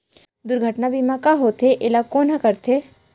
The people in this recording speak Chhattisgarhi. दुर्घटना बीमा का होथे, एला कोन ह करथे?